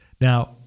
now